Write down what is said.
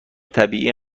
طبیعی